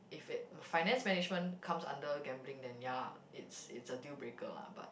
if it finance management comes under gambling then ya lah it's it's a dealbreaker lah but